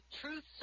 Truth